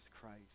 Christ